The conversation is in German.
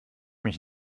mich